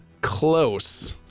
close